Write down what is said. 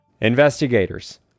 Investigators